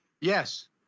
Yes